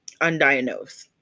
undiagnosed